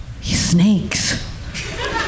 Snakes